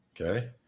Okay